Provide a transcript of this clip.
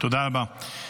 תודה רבה.